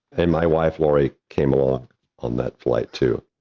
and my wife laurie came along on that flight too.